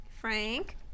Frank